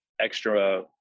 extra